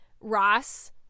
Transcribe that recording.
Ross